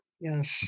Yes